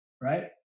Right